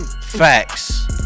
Facts